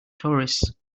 tourists